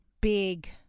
big